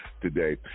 today